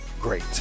great